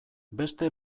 beste